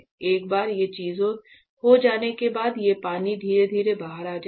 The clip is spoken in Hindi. एक बार ये चीजें हो जाने के बाद ये पानी धीरे धीरे बाहर आ जाएगा